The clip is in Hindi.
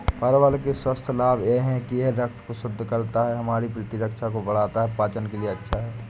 परवल के स्वास्थ्य लाभ यह हैं कि यह रक्त को शुद्ध करता है, हमारी प्रतिरक्षा को बढ़ाता है, पाचन के लिए अच्छा है